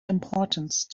importance